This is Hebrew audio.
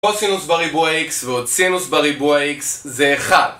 עוד סינוס בריבוע X ועוד סינוס בריבוע X זה 1